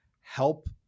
help